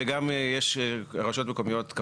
וגם רשויות מקומיות,